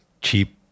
cheap